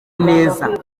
neza